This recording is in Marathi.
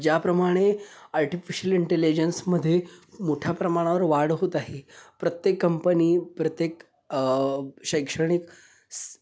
ज्याप्रमाणे आर्टिफिशल इंटेलिजन्समध्ये मोठ्या प्रमाणावर वाढ होत आहे प्रत्येक कंपनी प्रत्येक शैक्षणिक सा